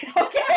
Okay